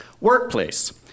Workplace